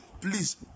please